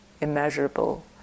immeasurable